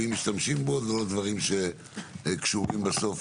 ואם משתמשים בו זה לא דברים שקשורים בסוף